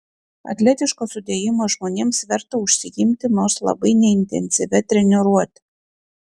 atletiško sudėjimo žmonėms verta užsiimti nors labai neintensyvia treniruote